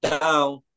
down